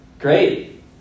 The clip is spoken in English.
Great